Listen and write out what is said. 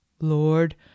Lord